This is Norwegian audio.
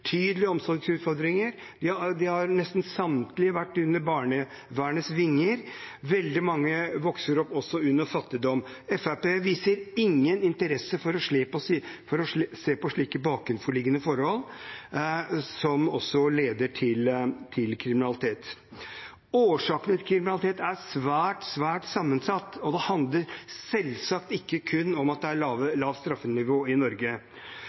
nesten samtlige har vært under barnevernets vinger, og veldig mange vokser opp i fattigdom. Fremskrittspartiet viser ingen interesse for å se på slike bakenforliggende forhold, som også leder til kriminalitet. Årsakene til kriminalitet er svært sammensatte, og det handler selvsagt ikke kun om at det er et lavt straffenivå i Norge.